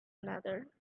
another